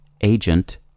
agent